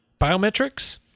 Biometrics